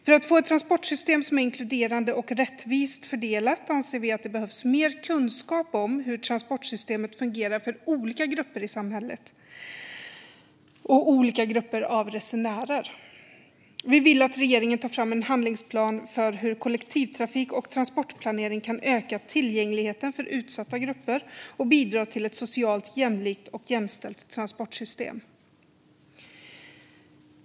För att få ett transportsystem som är inkluderande och rättvist fördelat anser vi att det behövs mer kunskap om hur transportsystemet fungerar för olika grupper av resenärer i samhället. Vi vill att regeringen tar fram en handlingsplan för hur kollektivtrafik och transportplanering ska kunna öka tillgängligheten för utsatta grupper och bidra till ett socialt jämlikt och jämställt transportsystem.